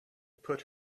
put